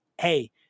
Hey